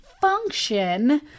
function